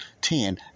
ten